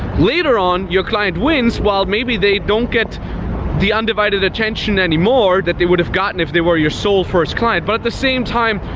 later on, your client wins while maybe they don't get the undivided attention anymore that they would have gotten if they were your sole first client. but at the same time,